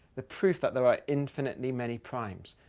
the proof that there are infinitely many primes.